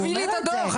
אז תביא לי את הדו"ח.